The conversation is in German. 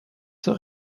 zur